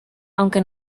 aunque